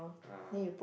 uh